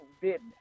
business